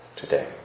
today